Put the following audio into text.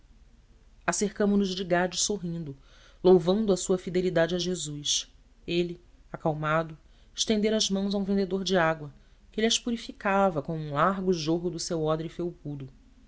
acercamo nos de gade sorrindo louvando a sua fidelidade a jesus ele acalmado estendera as mãos a um vendedor de água que lhas purificava com um largo jorro do seu odre felpudo